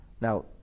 Now